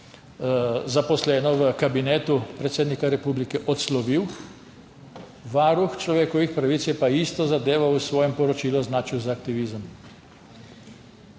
zaposleno v kabinetu predsednika republike odslovil, Varuh človekovih pravic je pa isto zadevo v svojem poročilu označil za aktivizem.